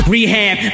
Rehab